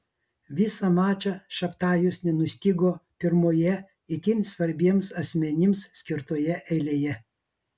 visą mačą šabtajus nenustygo pirmoje itin svarbiems asmenims skirtoje eilėje